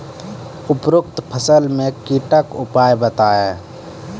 उपरोक्त फसल मे कीटक उपाय बताऊ?